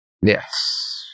Yes